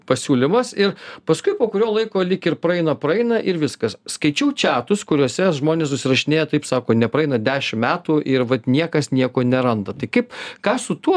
pasiūlymas ir paskui po kurio laiko lyg ir praeina praeina ir viskas skaičiau čiatus kuriuose žmonės susirašinėja taip sako nepraeina dešim metų ir vat niekas nieko neranda tai kaip ką su tuo